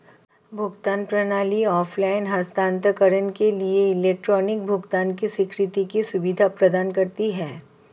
भुगतान प्रणाली ऑफ़लाइन हस्तांतरण के लिए इलेक्ट्रॉनिक भुगतान की स्वीकृति की सुविधा प्रदान करती है